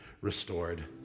restored